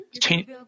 change